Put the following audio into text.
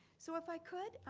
so if i could,